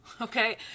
okay